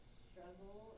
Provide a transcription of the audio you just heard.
struggle